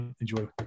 enjoy